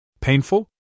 Painful